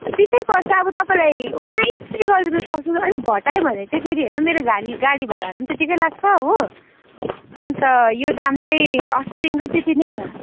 अन्त बिसै पर्छ अब तपाईँलाई उन्नाइस चाहिँ गरिदिनु सक्छु अलिक घटायो भने चाहिँ फेरि हेर्नु मेरो गाडी गाडी भाडा पनि त्यतिकै लाग्छ हो अन्त यो दाम चाहिँ अस्तिदेखिन्को त्यति नै छ